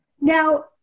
Now